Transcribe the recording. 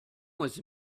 was